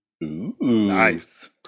Nice